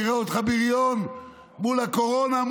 נראה אותך בריון מול הקורונה,